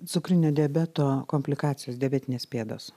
cukrinio diabeto komplikacijos diabetinės pėdos